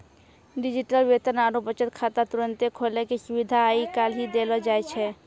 digital वेतन आरु बचत खाता तुरन्ते खोलै के सुविधा आइ काल्हि देलो जाय छै